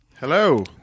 Hello